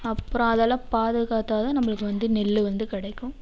அப்புறம் அதெல்லாம் பாதுகாத்தா தான் நம்மளுக்கு வந்து நெல் வந்து கிடைக்கும்